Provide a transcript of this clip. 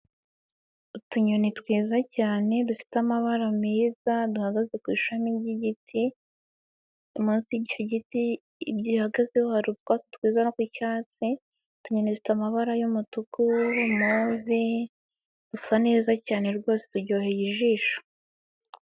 Utunyoni twiza cyane dufite amabara meza duhagaze ku ishami ry'igiti icyo giti gihagazeho hari twatsi twiza tw'icyatsi, utunyone dufite amabara y'umutuku, move dusa neza cyane rwose turyoheye ijisho.